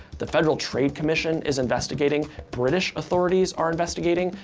the federal trade commission is investigating, british authorities are investigating,